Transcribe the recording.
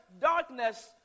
darkness